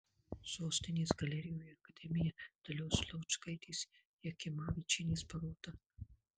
sostinės galerijoje akademija dalios laučkaitės jakimavičienės paroda